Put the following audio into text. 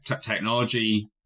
technology